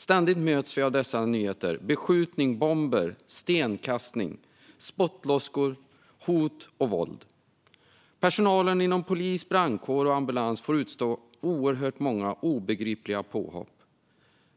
Ständigt möts vi av nyheter om beskjutning, bomber, stenkastning, spottloskor, hot och våld. Personalen inom polis, brandkår och ambulans får utstå oerhört många obegripliga påhopp.